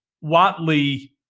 Watley